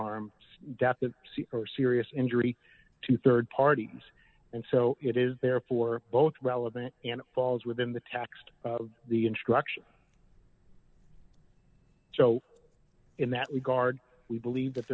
to see or serious injury to rd parties and so it is therefore both relevant and falls within the text of the instruction so in that regard we believe that